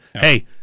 hey